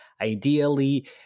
ideally